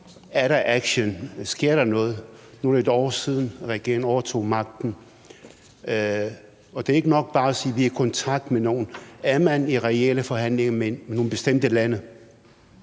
Er der action? Sker der noget? Nu er det et år siden, regeringen overtog magten, og det er ikke nok bare at sige: Vi er i kontakt med nogen. Er man i reelle forhandlinger med nogle bestemte lande?